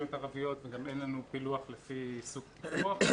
חסר לנו כאן רשויות ערביות וגם אין לנו פילוח לפי סוג פיקוח.